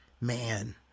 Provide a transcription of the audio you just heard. man